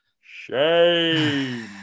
Shame